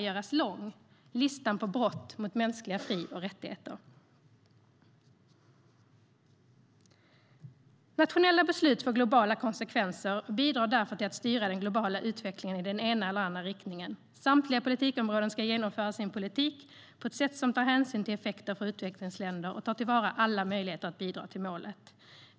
Ja, listan på brott mot mänskliga fri och rättigheter kan dessvärre göras lång. Nationella beslut får globala konsekvenser och bidrar därför till att styra den globala utvecklingen i den ena eller andra riktningen. Samtliga politikområden ska genomföra sin politik på ett sätt som tar hänsyn till effekter för utvecklingsländer och tar till vara alla möjligheter att bidra till målet.